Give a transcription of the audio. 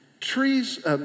Trees